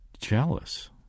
jealous